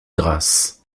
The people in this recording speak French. grâce